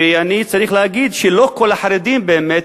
ואני צריך להגיד שלא כל החרדים הם באמת